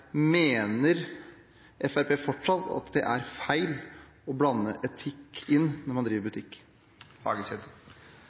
Mener Fremskrittspartiet fortsatt at det er feil å blande inn etikk når man driver